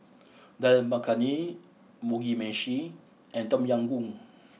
Dal Makhani Mugi Meshi and Tom Yam Goong